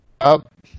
up